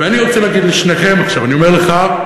ואני רוצה להגיד לשניכם עכשיו אני אומר לך,